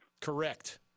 Correct